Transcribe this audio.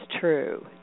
true